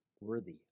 worthy